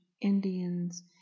Indians